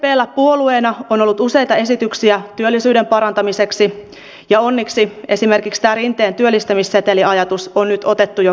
sdpllä puolueena on ollut useita esityksiä työllisyyden parantamiseksi ja onneksi esimerkiksi tämä rinteen työllistämisseteliajatus on nyt otettu jo käyttöönkin